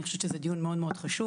אני חושבת שזה דיון מאוד מאוד חשוב.